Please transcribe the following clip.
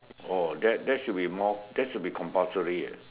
oh that that should be more that should be compulsory eh